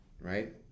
right